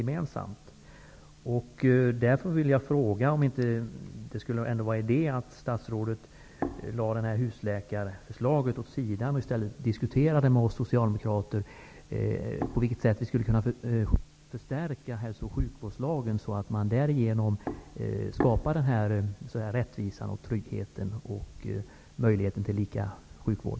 Jag skulle därför vilja fråga om det inte vore bättre att statsrådet lade förslaget om husläkarsystem åt sidan och i stället diskuterade med oss socialdemokrater om hur hälso och sjukvårdslagen skulle kunna förstärkas, för att kunna skapa rättvisa, trygghet och möjlighet till lika sjukvård.